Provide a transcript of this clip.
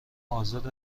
آزاد